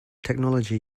technology